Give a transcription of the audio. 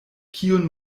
kiun